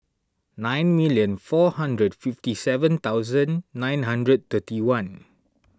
nine million four hundred fifty seven thousand nine hundred thirty one